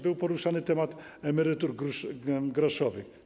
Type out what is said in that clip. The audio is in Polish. Był poruszany temat emerytur groszowych.